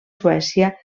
suècia